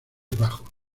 bajos